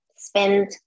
spend